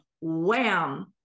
wham